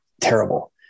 terrible